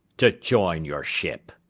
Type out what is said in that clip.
to join your ship.